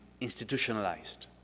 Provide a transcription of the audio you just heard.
institutionalized